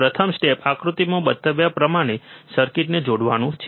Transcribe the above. પ્રથમ સ્ટેપ આકૃતિમાં બતાવ્યા પ્રમાણે સર્કિટને જોડવાનું છે